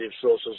sources